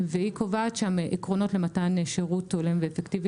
והיא קובעת שם עקרונות למתן שירות הולם ואפקטיבי